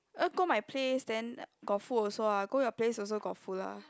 go my place then got food also ah go your place also got food lah